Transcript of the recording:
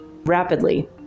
rapidly